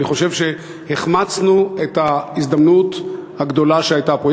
אבל אני חושב שהחמצנו את ההזדמנות הגדולה שהייתה פה.